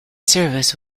service